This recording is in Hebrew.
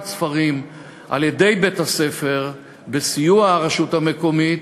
ספרים על-ידי בית-הספר בסיוע הרשות המקומית